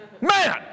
man